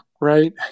right